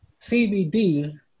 CBD